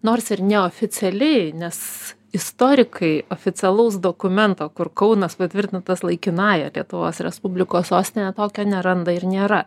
nors ir neoficialiai nes istorikai oficialaus dokumento kur kaunas patvirtintas laikinąja lietuvos respublikos sostine tokio neranda ir nėra